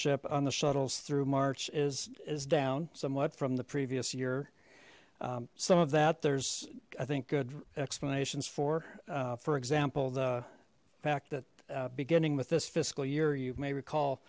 hip on the shuttles through march is is down somewhat from the previous year some of that there's i think good explanations for for example the fact that beginning with this fiscal year you may recall